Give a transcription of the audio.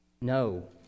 No